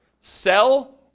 sell